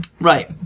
Right